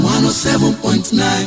107.9